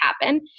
happen